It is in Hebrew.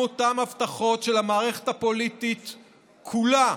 אותן הבטחות של המערכת הפוליטית כולה,